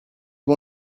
one